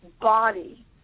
body